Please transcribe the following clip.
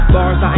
Bars